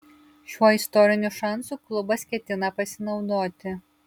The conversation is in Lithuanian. šiuo istoriniu šansu klubas ketina pasinaudoti